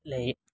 એટલે એ